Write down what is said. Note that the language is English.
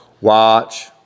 Watch